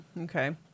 Okay